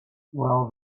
well